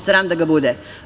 Sram da ga bude.